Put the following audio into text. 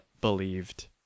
believed